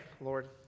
Lord